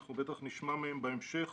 ובטח נשמע מהם בהמשך.